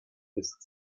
ist